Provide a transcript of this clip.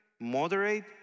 moderate